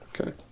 Okay